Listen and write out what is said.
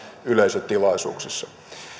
yleisötilaisuuksissa